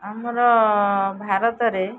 ଆମର ଭାରତରେ